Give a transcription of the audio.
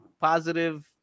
positive